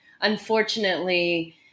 unfortunately